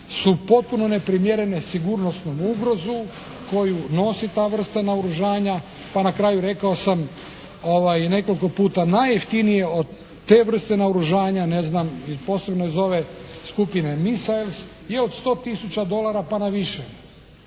su potpuno neprimjerene sigurnosnom ugrozu koju nosi ta vrsta naoružanja. Pa na kraju rekao sam nekoliko puta najjeftinije od te vrste naoružanja posebno iz ove skupine misails je od 100 tisuća dolara pa na više.